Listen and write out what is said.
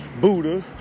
Buddha